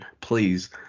please